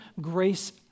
grace